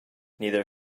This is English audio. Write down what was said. neither